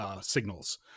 signals